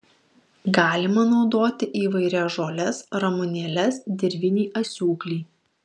galima naudoti įvairias žoles ramunėles dirvinį asiūklį